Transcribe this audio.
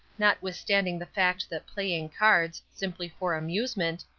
notwithstanding the fact that playing cards, simply for amusement,